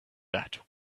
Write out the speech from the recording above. that